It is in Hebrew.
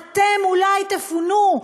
אתם אולי תפונו,